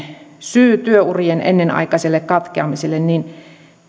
syy työurien ennenaikaiselle katkeamiselle